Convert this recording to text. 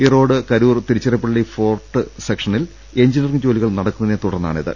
Erode Karur Tiruchirappalli fourth സെക്ഷനിൽ engineering ജോലികൾ നടക്കുന്നതിനെ തുടർന്നാണിത്